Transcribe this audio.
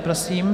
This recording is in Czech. Prosím.